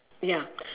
ya